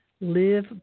Live